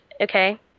Okay